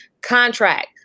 contract